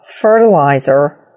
fertilizer